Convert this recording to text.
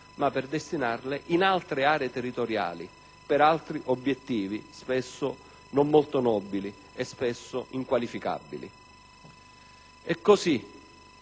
per cento, ma ad altre aree territoriali, per altri obiettivi spesso non molto nobili e spesso inqualificabili. Abbiamo